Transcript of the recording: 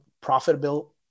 Profitable